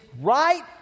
right